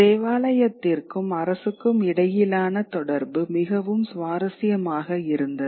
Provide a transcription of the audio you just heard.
தேவாலயத்திற்கும் அரசுக்கும் இடையிலான தொடர்பு மிகவும் சுவாரசியமாக இருந்தது